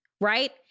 right